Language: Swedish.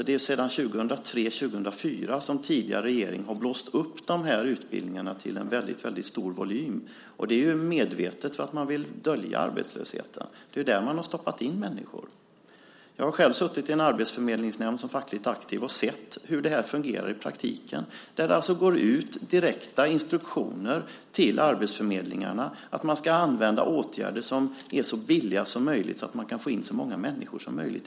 Det är sedan 2003-2004 som den tidigare regeringen blåst upp dessa utbildningar till en mycket stor volym. Det har skett medvetet för att därigenom dölja arbetslösheten. Det är där man stoppat in människor. Jag har själv suttit i en arbetsförmedlingsnämnd som fackligt aktiv och sett hur det fungerar i praktiken. Det har gått ut direkta instruktioner till arbetsförmedlingarna om att de ska använda åtgärder som är så billiga som möjligt för att på så sätt få in så många människor som möjligt.